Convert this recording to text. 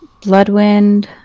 bloodwind